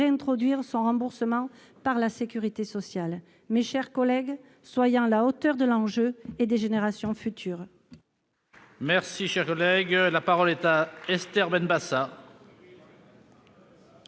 le remboursement de la PMA par la sécurité sociale. Mes chers collègues, soyons à la hauteur de l'enjeu et des générations futures